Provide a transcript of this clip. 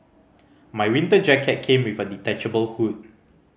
my winter jacket came with a detachable hood